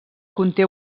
conté